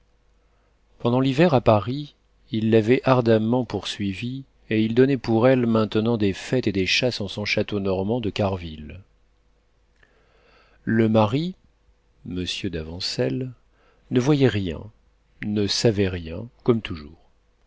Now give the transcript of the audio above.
pendant l'hiver à paris il l'avait ardemment poursuivie et il donnait pour elle maintenant des fêtes et des chasses en son château normand de carville le mari m d'avancelles ne voyait rien ne savait rien comme toujours